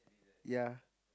ya